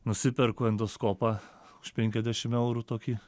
nusiperku endoskopą už penkiadešim eurų tokį